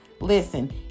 Listen